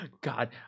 God